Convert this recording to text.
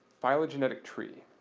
phylogenetic tree.